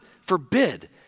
forbid